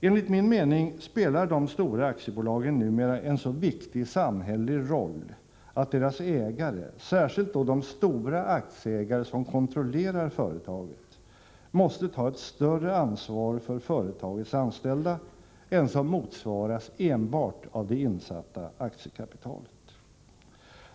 Enligt min mening spelar de stora aktiebolagen numera en så viktig samhällelig roll att deras ägare, särskilt då de stora aktieägare som kontrollerar företaget, måste ta ett större ansvar för företagets anställda än som motsvaras enbart av det insatta aktiekapitalet.